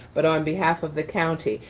but on behalf of the county.